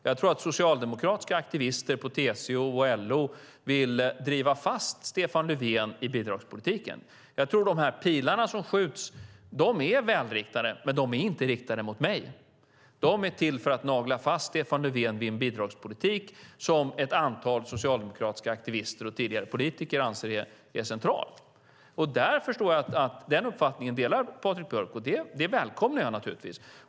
Jag tror att socialdemokratiska aktivister på TCO och LO vill driva på Stefan Löfven så att han fastnar i bidragspolitiken. Jag tror att de pilar som skjuts är välriktade, men de är inte riktade mot mig. De är till för att nagla fast Stefan Löfven vid en bidragspolitik som ett antal socialdemokratiska aktivister och tidigare politiker anser är central. Jag förstår att Patrik Björck delar denna uppfattning, och det välkomnar jag naturligtvis.